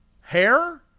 hair